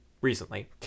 recently